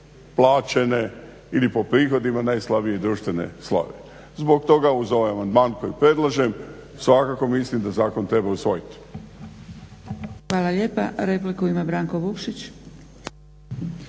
plaćene ili po prihodima najslabije društvene slojeve. Zbog toga uz ovaj amandman koji predlažem svakako mislim da zakon treba usvojiti. **Zgrebec, Dragica (SDP)** Hvala lijepa. Repliku ima Branko Vukšić.